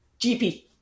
gp